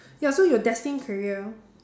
ya so your destined career